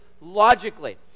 logically